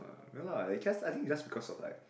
ya lah I guess I think it's because of like